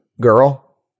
girl